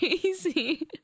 crazy